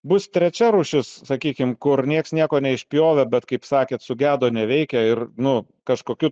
bus trečia rūšis sakykim kur nieks nieko neišpjovė bet kaip sakėt sugedo neveikia ir nu kažkokiu